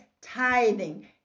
tithing